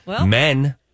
men